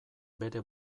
bere